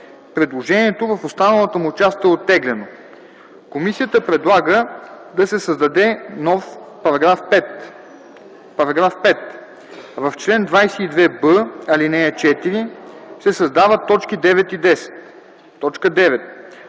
Предложението в останалата му част е оттеглено. Комисията предлага да се създаде нов § 5: „§ 5. В чл. 22б, ал. 4 се създават т. 9 и 10: